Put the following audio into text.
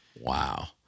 Wow